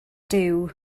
duw